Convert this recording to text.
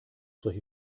solche